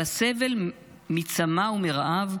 על הסבל מצמא ומרעב,